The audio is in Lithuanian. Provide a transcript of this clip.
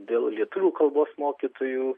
dėl lietuvių kalbos mokytojų